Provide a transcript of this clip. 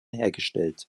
hergestellt